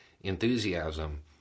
enthusiasm